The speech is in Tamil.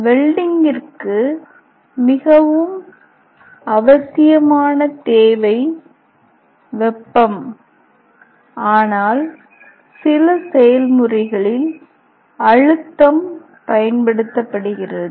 வெல்டிங்கிற்கு மிகவும் அவசியமான தேவை வெப்பம் ஆனால் சில செயல்முறைகளில் அழுத்தம் பயன்படுத்தப்படுகிறது